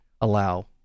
allow